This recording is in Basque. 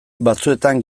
batzuetan